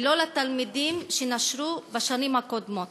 ולא לתלמידים שנשרו בשנים הקודמות.